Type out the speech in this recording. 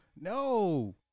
No